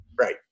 Right